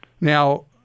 Now